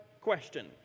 question